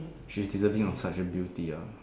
she's deserving of such a beauty ah